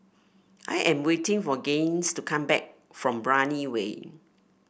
I am waiting for Gaines to come back from Brani Way